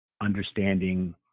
understanding